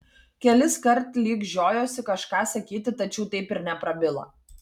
keliskart lyg žiojosi kažką sakyti tačiau taip ir neprabilo